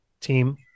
team